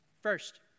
First